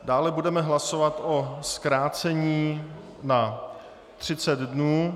Dále budeme hlasovat o zkrácení na 30 dnů.